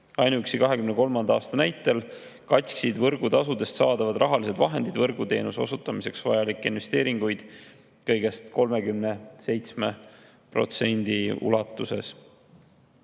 Ainuüksi 2023. aasta näitel katsid võrgutasudest saadavad rahalised vahendid võrguteenuse osutamiseks vajalikke investeeringuid kõigest 37% ulatuses.